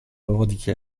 revendiquée